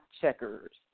Checkers